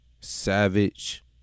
savage